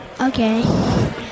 Okay